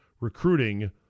recruiting